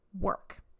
work